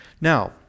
now